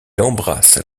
embrasse